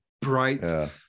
bright